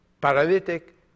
paralytic